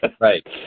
Right